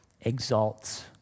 exalts